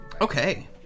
okay